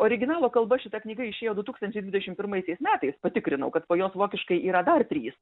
originalo kalba šita knyga išėjo du tūkstančiai dvidešimt pirmaisiais metais patikrinau kad po jos vokiškai yra dar trys